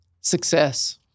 Success